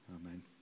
Amen